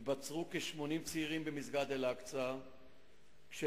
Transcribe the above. התבצרו כ-80 צעירים במסגד אל-אקצא כשברשותם